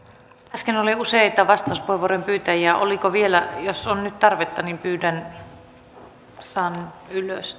äsken oli useita vastauspuheenvuoron pyytäjiä oliko vielä jos on nyt tarvetta niin pyydän ilmoittautumaan että saan ylös